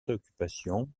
préoccupation